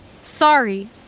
Sorry